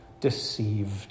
deceived